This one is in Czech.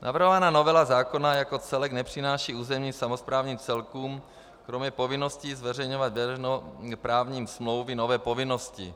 Navrhovaná novela zákona jako celek nepřináší územním samosprávným celkům kromě povinnosti zveřejňovat veřejnoprávní smlouvy nové povinnosti.